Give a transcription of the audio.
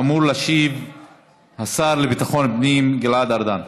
אמור להשיב השר לביטחון פנים גלעד ארדן.